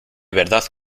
verdad